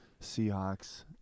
Seahawks